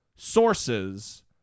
sources